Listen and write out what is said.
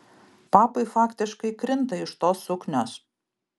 papai faktiškai krinta iš tos suknios